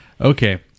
Okay